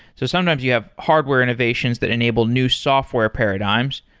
so sometimes you have hardware innovations that enable new software paradigms.